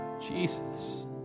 Jesus